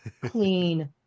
clean